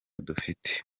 dufite